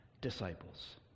disciples